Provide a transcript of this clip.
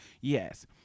yes